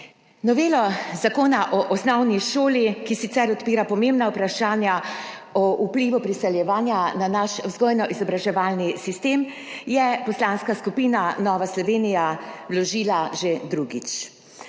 Novelo Zakona o osnovni šoli, ki sicer odpira pomembna vprašanja o vplivu priseljevanja na naš vzgojno-izobraževalni sistem, je Poslanska skupina Nova Slovenija vložila že drugič.